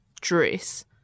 dress